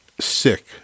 sick